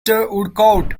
woodcourt